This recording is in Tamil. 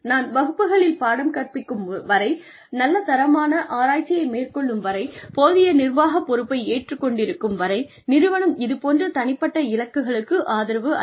நான் வகுப்புகளில் பாடம் கற்பிக்கும் வரை நல்ல தரமான ஆராய்ச்சியை மேற்கொள்ளும் வரை போதிய நிர்வாக பொறுப்பை ஏற்றுக் கொண்டிருக்கும் வரை நிறுவனம் இதுபோன்ற தனிப்பட்ட இலக்குகளுக்கு ஆதரவு அளிக்கும்